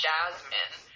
Jasmine